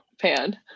pan